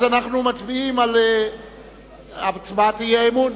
אז אנחנו מצביעים על הצבעת האי-אמון.